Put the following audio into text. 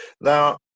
Now